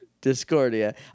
Discordia